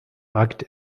akt